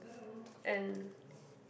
and